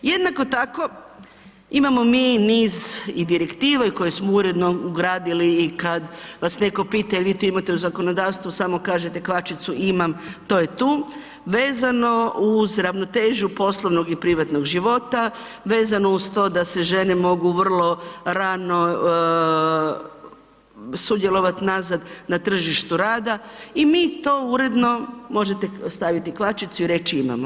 Jednako tako, imamo mi niz i direktiva i koje smo uredno ugradili i kad vas netko pita je li vi to imate u zakonodavstvu, samo kažete kvačicu, imam, to je tu, vezano uz ravnotežu poslovnog i privatnog života, vezano uz to da se žene mogu vrlo rano sudjelovati nazad na tržištu rada i mi to uredno, možete staviti kvačicu i reći imamo.